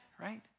right